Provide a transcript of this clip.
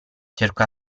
cercò